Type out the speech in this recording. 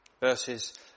Verses